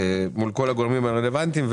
מול כל הגורמים הרלוונטיים.